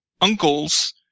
uncles